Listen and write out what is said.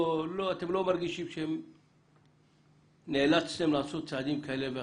אתם לא מרגישים שנאלצתם לעשות צעדים כאלה ואחרים?